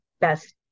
best